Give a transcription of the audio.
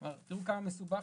תראו כמה מסובך.